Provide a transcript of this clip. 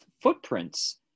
footprints